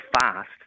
fast